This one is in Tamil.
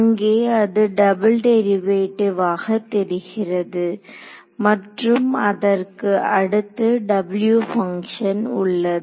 அங்கே அது டபுள் டெரிவேட்டிவ் ஆக தெரிகிறது மற்றும் அதற்கு அடுத்து W பங்க்ஷன் உள்ளது